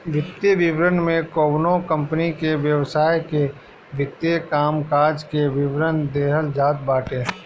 वित्तीय विवरण में कवनो कंपनी के व्यवसाय के वित्तीय कामकाज के विवरण देहल जात बाटे